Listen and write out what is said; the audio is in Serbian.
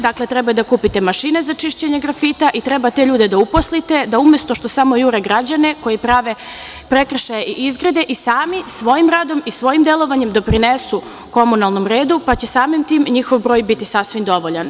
Dakle, treba da kupite mašine za čišćenje grafita i treba te ljude da uposlite, da umesto što samo jure građane koji prave prekršaje i izgrede i sami svojim radom i svojim delovanjem doprinesu komunalnom redu, pa će samim tim i njihov broj biti sasvim dovoljan.